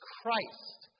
Christ